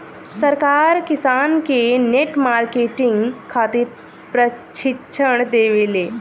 सरकार किसान के नेट मार्केटिंग खातिर प्रक्षिक्षण देबेले?